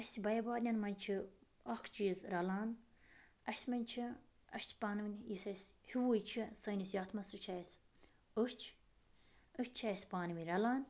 اَسہِ بٔے بارنٮ۪ن منٛز چھِ اَکھ چیٖز رَلان اَسہِ منٛز چھِ اَسہِ چھِ پانہٕ ؤنۍ یُس اَسہِ ہیُوٕے چھِ سٲنِس یَتھ منٛز سُہ چھِ اَسہِ أچھ أچھ چھِ اَسہِ پانہٕ ؤنۍ رَلان